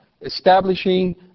establishing